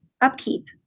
upkeep